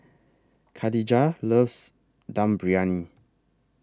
Kadijah loves Dum Briyani